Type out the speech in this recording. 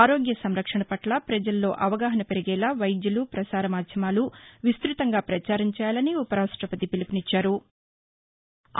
ఆరోగ్య సంరక్షణ పట్ల పజల్లో అవగాహన పెరిగేలా వైద్యులు ప్రసార మాధ్యమాలు విస్తుతంగా ప్రచారం చేయాలని ఉపరాష్టపతి పిలుపునిచ్చారు